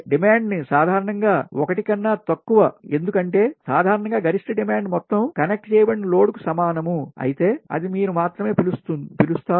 demand ని సాధారణంగా 1 కన్నా తక్కువ ఎందుకంటే సాధారణంగా గరిష్ట డిమాండ్ మొత్తం కనెక్ట్ చేయబడిన లోడ్కు సమానం అయితే అది మీరు మాత్రమే పిలుస్తుంది